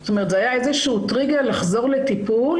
זה היה טריגר לחזור לטיפול,